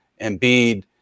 Embiid